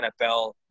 NFL